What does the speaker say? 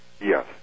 Yes